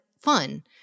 fun